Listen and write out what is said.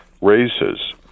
raises